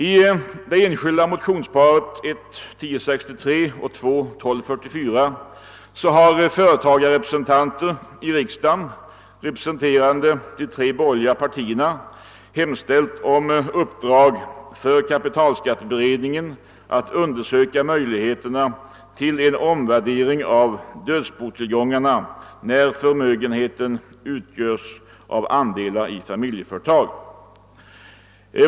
I det enskilda motionsparet I: 1063 och II: 1244 har företagarrepresentanter i riksdagen, representerande de tre borgerliga partierna, hemställt om uppdrag för kapitalskatteberedningen att undersöka möjligheterna till en omvärdering av dödsbotillgångarna när förmögenheten utgörs av andelar i familjeföretag.